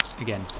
Again